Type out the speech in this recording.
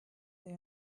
they